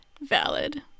valid